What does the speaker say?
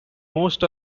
most